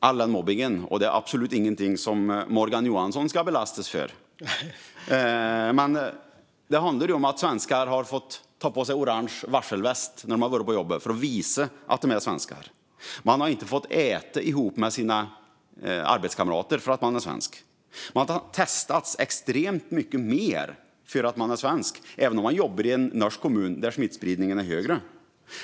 Denna mobbning är absolut ingenting som Morgan Johansson ska belastas för, men det handlar om att svenskar har fått ta på sig orange varselväst när de har varit på jobbet för att visa att de är svenskar. De har inte fått äta ihop med sina arbetskamrater därför att de är svenskar. De har testats extremt mycket mer eftersom de är svenskar, även om de jobbar i en norsk kommun där smittspridningen är högre.